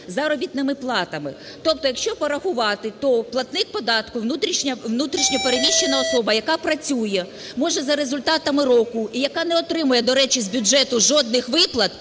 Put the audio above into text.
заробітними платами. Тобто, якщо порахувати, то платник податку, внутрішньо переміщена особа, яка працює, може за результатами року, і яка не отримує, до речі, з бюджету жодних виплат,